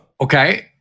okay